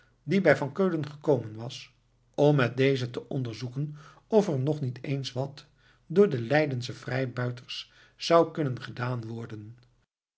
die bij van keulen gekomen was om met dezen te onderzoeken of er nog niet eens wat door de leidsche vrijbuiters zou kunnen gedaan worden